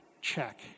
Check